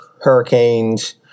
hurricanes